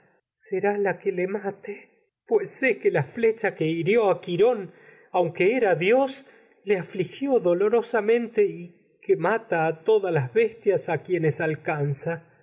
que la que le mate era pues sé la flecha hirió y a quirón aunque dios le a afligió dolorosamente quienes alcanza y el de que mata a todas las bestias